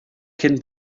cyn